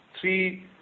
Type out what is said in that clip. three